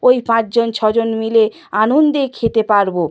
ওই পাঁচ জন ছ জন মিলে আনন্দে খেতে পারব